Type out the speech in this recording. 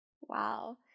Wow